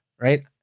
right